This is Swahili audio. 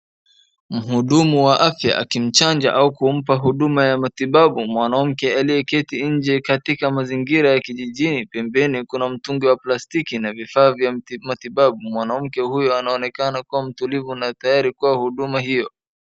Mhudumu wa afya akimchanj au kumpa huduma ya matibabu. Mwanamke aliyeketi nje katika mazingira ya kijijini pembeni kuna mtugi wa plastiki na vifaa vya matibabu mwanamke huyu anaonekana kuwa mtulivu na tayari kwa huduma hiyo.